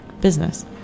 business